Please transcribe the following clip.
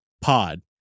pod